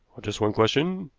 just one question,